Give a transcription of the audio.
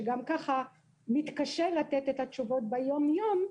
שגם ככה מתקשה לתת את התשובות ביום יום,